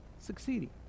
succeeding